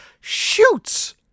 shoots